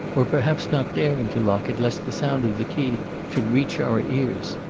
or perhaps not daring to lock it lest the sound of the key should reach our ears.